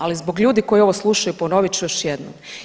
Ali zbog ljudi koji ovo slušaju, ponovit ću još jednom.